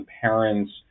parents